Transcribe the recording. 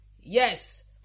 Yes